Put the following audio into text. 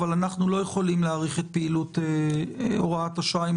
אבל אנחנו לא יכולים להאריך את פעילות הוראת השעה אם